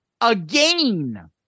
again